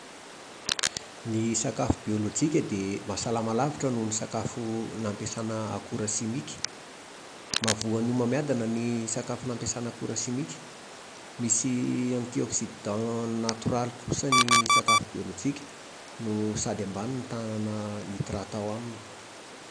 Ny sakafo biôlôjika dia mahasalama lavitra noho ny sakafo nampiasana akora simika. Mahavoan'ny homamiadana ny sakafo nampiasana akora simika. Misy antioxydants natoraly kosa ny sakafo biôlôjika no sady ambany ny tahana nitrata ao aminy